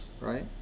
right